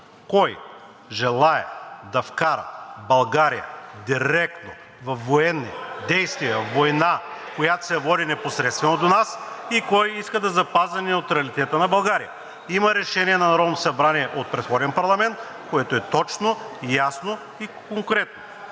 кой желае да вкара България директно във военно действие (шум и реплики отдясно), война, която се води непосредствено до нас, и кой иска запазване неутралитета на България. Има Решение на Народното събрание от предходен парламент, което е точно, ясно и конкретно.